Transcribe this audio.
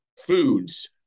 foods